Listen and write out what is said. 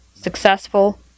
successful